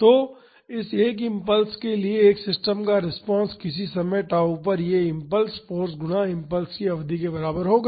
तो इस एक इम्पल्स के लिए एक सिस्टम का रिस्पांस किसी समय tau पर ये इम्पल्स फाॅर्स गुणा इम्पल्स की अवधि के बराबर होगा